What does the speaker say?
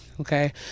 okay